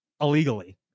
illegally